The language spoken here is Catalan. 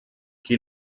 qui